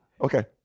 Okay